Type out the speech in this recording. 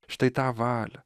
štai tą valią